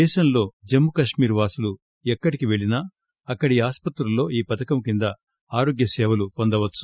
దేశంలో జమ్ము కశ్మీర్ వాసులు ఎక్కడికి పెళ్ళినా అక్కడి ఆసుపత్రుల్లో పథకం కింద ఆరోగ్యసేవలు పొందవచ్చు